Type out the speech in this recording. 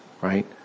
right